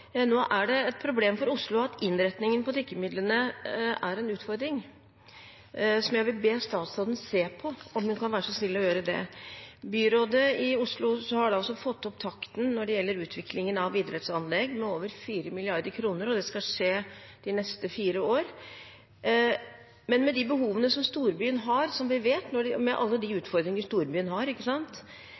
Nå er det et problem for Oslo at innretningen på tippemidlene er en utfordring, som jeg vil be statsråden være så snill å se på. Byrådet i Oslo har fått opp takten når det gjelder utviklingen av idrettsanlegg med over 4 mrd. kr. Det skal skje de neste fire årene. Men med de behovene og alle de utfordringene som vi vet